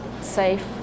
safe